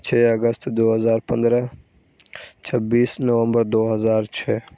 چھ اگست دو ہزار پندرہ چھبیس نومبر دو ہزار چھ